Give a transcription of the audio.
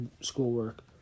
schoolwork